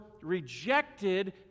rejected